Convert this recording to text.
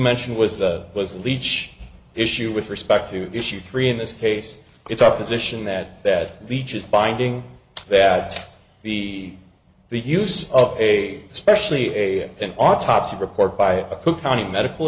mention was that was leach issue with respect to issue three in this case it's opposition that that reaches finding that the the use of a specially a an autopsy report by a who county medical